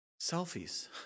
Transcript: Selfies